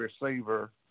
receiver